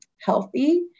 healthy